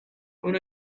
when